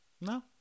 no